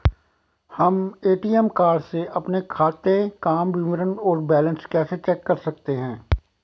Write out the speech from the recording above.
हम ATM card से अपने खाते काम विवरण और बैलेंस कैसे चेक कर सकते हैं?